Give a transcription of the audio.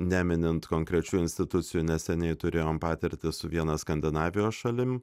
neminint konkrečių institucijų neseniai turėjom patirtį su viena skandinavijos šalim